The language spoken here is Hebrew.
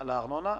על הארנונה?